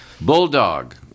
Bulldog